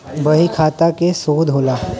बहीखाता के शोध होला